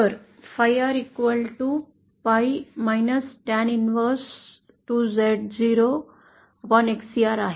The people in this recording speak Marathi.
तर Phi r Pi Tan 2 Z0 Xcr आहे